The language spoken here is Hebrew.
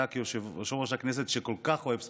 אתה, יושב-ראש הכנסת, שכל כך אוהב ספורט,